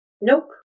nope